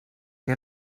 que